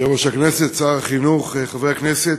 יושב-ראש הכנסת, שר החינוך, חברי הכנסת,